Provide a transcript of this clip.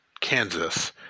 Kansas